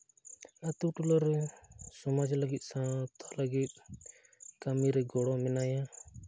ᱟᱹᱛᱩ ᱴᱚᱞᱟ ᱨᱮ ᱥᱚᱢᱟᱡᱽ ᱞᱟᱹᱜᱤᱫ ᱥᱟᱶᱛᱟ ᱞᱟᱹᱜᱤᱫ ᱠᱟᱹᱢᱤ ᱨᱮ ᱜᱚᱲᱚ ᱢᱮᱱᱟᱭᱟ